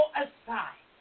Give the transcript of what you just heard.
aside